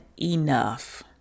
enough